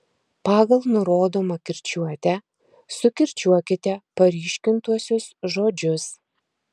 pagal nurodomą kirčiuotę sukirčiuokite paryškintuosius žodžius